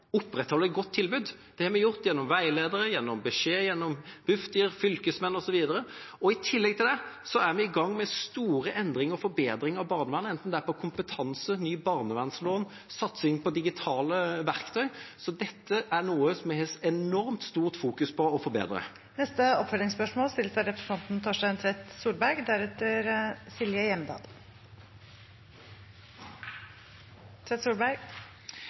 opprettholde et godt tilbud. Det har vi gjort gjennom veiledere, beskjeder, Bufdir, fylkesmenn osv. I tillegg er vi i gang med store endringer og forbedringer av barnevernet, enten det er på kompetanse, ny barnevernslov, satsing på digitale verktøy. Dette er noe vi har et enormt sterkt fokus på å forbedre. Torstein Tvedt Solberg – til oppfølgingsspørsmål.